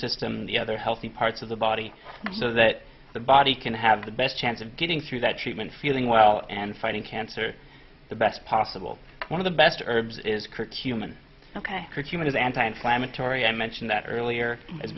system the other healthy parts of the body so that the body can have the best chance of getting through that treatment feeling well and fighting cancer the best possible one of the best herbs is correct human ok chris human is anti inflammatory i mentioned that earlier as